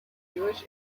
jewish